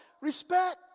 Respect